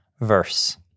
verse